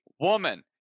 woman